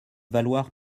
valoir